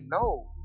no